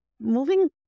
moving